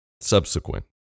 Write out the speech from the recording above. Subsequent